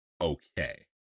okay